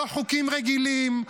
לא חוקים רגילים,